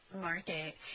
market